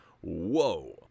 whoa